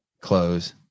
close